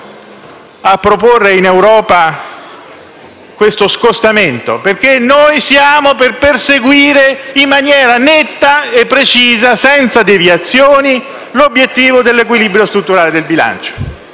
a proporre in Europa questo scostamento, perché noi siamo per perseguire in maniera netta e precisa, senza deviazioni, l'obiettivo dell'equilibrio strutturale del bilancio.